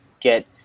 get